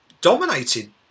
dominated